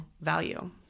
value